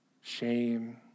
shame